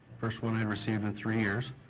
first one i received in three years,